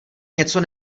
něco